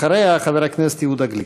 אחריה, חבר הכנסת יהודה גליק.